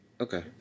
okay